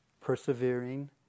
persevering